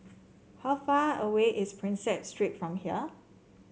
how far away is Prinsep Street from here